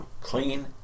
Clean